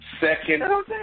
Second